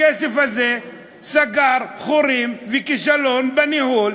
הכסף הזה סגר חורים וכישלון בניהול,